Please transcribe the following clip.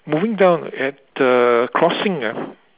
moving down at the crossing ah